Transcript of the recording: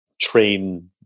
train